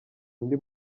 undi